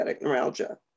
neuralgia